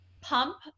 pump